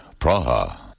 Praha